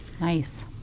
Nice